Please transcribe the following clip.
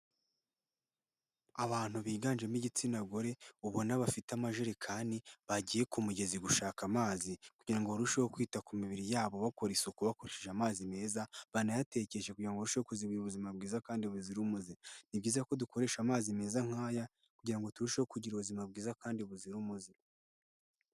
Abantu biganjemo igitsina gore ubona bafite amajerekani bagiye ku mugezi gushaka amazi kugira ngo barusheho kwita ku mibiri yabo bakora isuku bakoresheje amazi meza, banayatekeshe kugira ngo basheho kugira ubuzima bwiza kandi buzira umuze. Ni byiza ko dukoresha amazi meza nk'aya kugira ngo turusheho kugira ubuzima bwiza kandi buzira umuze.